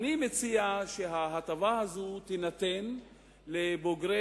אני מציע שההטבה הזאת תינתן לבוגרי